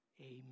Amen